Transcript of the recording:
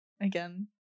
again